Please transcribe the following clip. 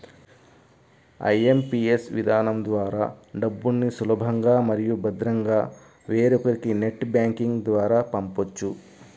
IMPS విధానం ద్వారా డబ్బుల్ని సులభంగా మరియు భద్రంగా వేరొకరికి నెట్ బ్యాంకింగ్ ద్వారా పంపొచ్చు